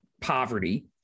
poverty